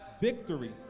victory